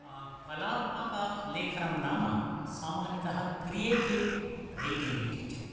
कलात्मकलेखनं नाम सामान्यतः creative writing इत्युच्यते